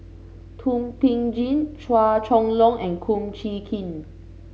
Thum Ping Tjin Chua Chong Long and Kum Chee Kin